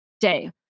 day